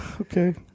Okay